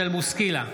מישל בוסקילה,